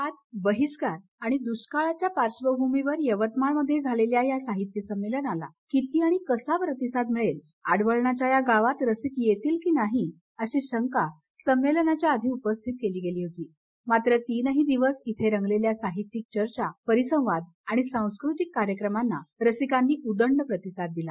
वाद बहिष्कार आणि द्र्ष्काळाच्या पार्श्वभूमीवर यवतमाळमध्ये झालेल्या या साहित्य संमेलनाला किती आणि कसा प्रतिसाद मिळेल आडवळणाच्या या गावात रसिक येतील की नाही अशी शंका संमेलनाच्या आधी उपस्थित केली गेली होती मात्र तीनही दिवस इथे रंगलेल्या साहित्यिक चर्चा परिसंवाद आणि सांस्कृतिक कार्यक्रमांना रसिकांनी उदंड प्रतिसाद दिला